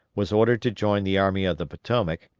was ordered to join the army of the potomac,